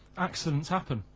accidents happen.